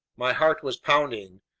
my heart was pounding.